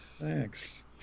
Thanks